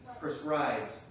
prescribed